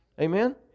Amen